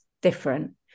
different